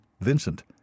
Vincent